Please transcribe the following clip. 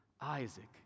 Isaac